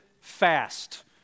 fast